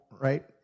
Right